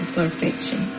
perfection